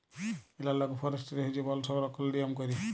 এলালগ forestry হছে বল সংরক্ষলের লিয়ম ক্যইরে